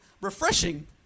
refreshing